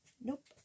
nope